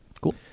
Cool